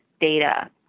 data